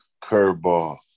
curveball